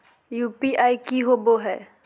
UPI की होबो है?